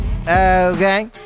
okay